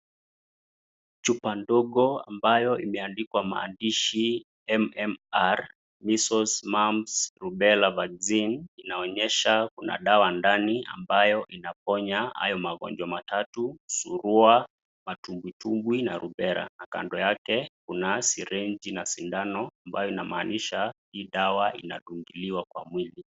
Chupa ndogo ambayo imendikwa maandishi mmr,measules, mumps, rubela vaccine inaonyesha kuna dawa ndani ambayo inaponya hayo magonjwa matatu surua, matumbitumbiw na rubela kando yake kuna sirenji na sindano ambayo inamaanisha hii dawa inadungiliwa kwa mwili.